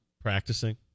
practicing